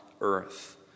earth